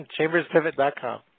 ChambersPivot.com